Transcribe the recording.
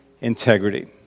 integrity